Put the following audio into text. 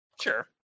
Sure